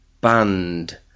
Band